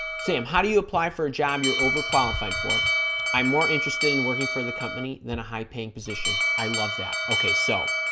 sam how do you apply for a job you're overqualified for i'm more interested in working for the company than a high-paying position i love that okay so